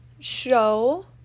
show